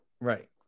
Right